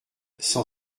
cent